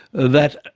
that